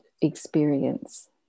experience